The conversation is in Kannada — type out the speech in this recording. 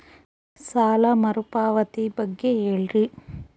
ಸಾಲ ಮರುಪಾವತಿ ಬಗ್ಗೆ ಹೇಳ್ರಿ?